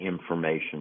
information